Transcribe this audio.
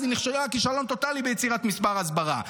אז היא נכשלה כישלון טוטלי ביצירת משרד הסברה.